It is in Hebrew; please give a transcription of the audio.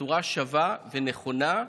בצורה שווה ונכונה,